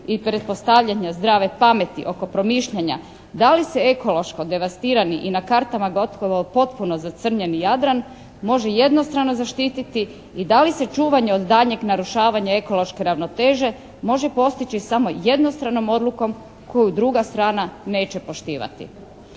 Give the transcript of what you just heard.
i pretpostavljanja zdrave pameti oko promišljanja da li se ekološko devastirani i na kartama gotovo potpuno zacrnjeni Jadran može jednostrano zaštiti i da li se čuvanjem od daljnjeg narušavanja ekološke ravnoteže može postići samo jednostranom odlukom koju druga strana neće poštivati.